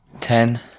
Ten